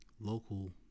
local